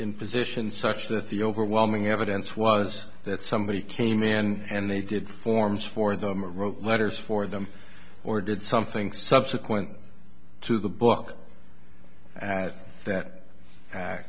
in position such that the overwhelming evidence was that somebody came in and they did forms for them wrote letters for them or did something subsequent to the book and that